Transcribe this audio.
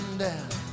down